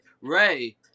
Ray